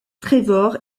trevor